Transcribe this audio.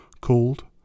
called